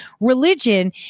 Religion